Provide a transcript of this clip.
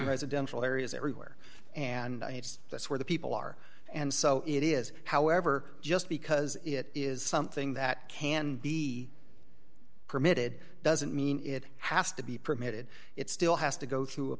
a dental areas everywhere and that's where the people are and so it is however just because it is something that can be permitted doesn't mean it has to be permitted it still has to go through a